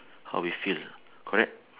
how we feel correct